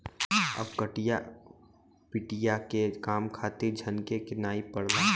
अब कटिया पिटिया के काम खातिर झनके के नाइ पड़ला